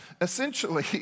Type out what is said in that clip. Essentially